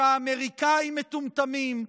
שהאמריקאים מטומטמים?